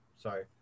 Sorry